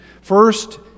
First